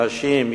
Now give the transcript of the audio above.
נשים,